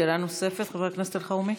שאלה נוספת, חבר הכנסת אלחרומי?